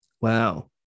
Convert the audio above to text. Wow